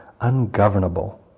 ungovernable